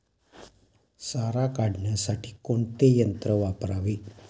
सारा काढण्यासाठी कोणते यंत्र वापरावे?